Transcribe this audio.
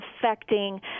affecting